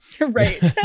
Right